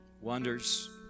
wonders